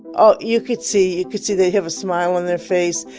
oh, you could see. you could see they'd have a smile on their face,